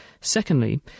Secondly